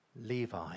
Levi